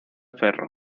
ferro